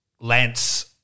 Lance